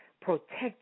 protect